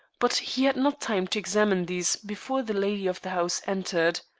but he had not time to examine these before the lady of the house entered.